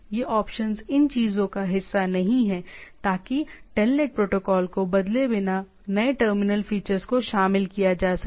ये ऑप्शन इन चीजों का हिस्सा नहीं हैं ताकि टेलनेट प्रोटोकॉल को बदले बिना नए टर्मिनल फीचर्स को शामिल किया जा सके